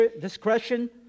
discretion